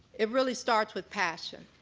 it really starts with passion.